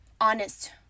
honest